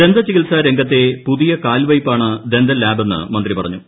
dental ചികിത്സാ രംഗത്തെ പുതിയ കാൽവയ്പ്പാണ് ദന്തൽ ലാബെന്ന് മന്ത്രി പറഞ്ഞു